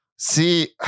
see